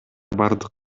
бардык